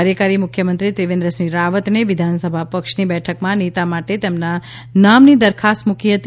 કાર્યકારી મુખ્યમંત્રી ત્રિવેન્દ્રસિંહ રાવતે વિધાનસભા પક્ષની બેઠકમાં નેતા માટે તેમના નામની દરખાસ્ત મૂકી હતી